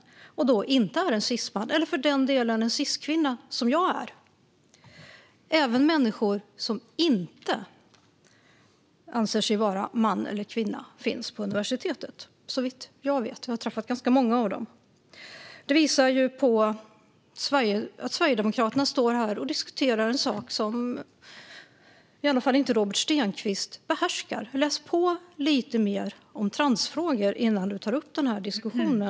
Då är man inte en cisman eller för den delen en ciskvinna som jag är. Även människor som inte anser sig vara man eller kvinna finns på uni-versitetet, såvitt jag vet. Jag har träffat ganska många av dem. Det visar att Sverigedemokraterna står här och diskuterar en sak som i alla fall inte Robert Stenkvist behärskar. Läs på lite mer om transfrågor innan du tar upp den här diskussionen!